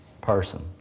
person